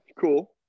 cool